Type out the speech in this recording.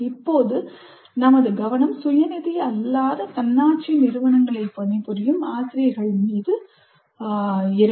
இப்போது நமது கவனம் சுயநிதி மற்றும் தன்னாட்சி அல்லாத நிறுவனங்களில் பணிபுரியும் ஆசிரியர்கள் மீது இருக்கும்